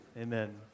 Amen